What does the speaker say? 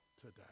today